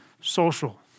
social